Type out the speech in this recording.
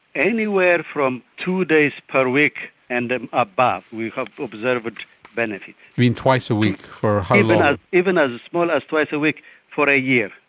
anywhere from two days per week and then above we have observed benefit. you mean twice a week for how long? even as small as twice a week for a year.